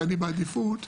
ואני בעדיפות.